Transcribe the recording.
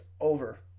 over